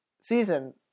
season